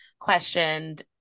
questioned